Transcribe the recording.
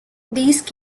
these